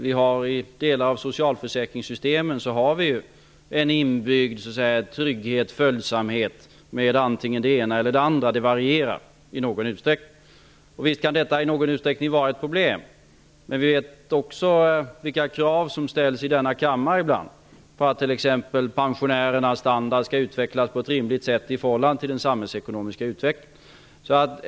Vi har i delar av socialförsäkringssystemen en inbyggd trygghet, en följsamhet med antingen det ena eller det andra. Det varierar. Visst kan detta i någon utsträckning vara ett problem. Men vi vet också vilka krav som ibland ställs i denna kammare på att t.ex. pensionärernas standard skall utvecklas på ett rimligt sätt i förhållande till den samhällsekonomiska utvecklingen.